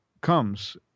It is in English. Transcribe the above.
comes